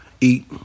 eat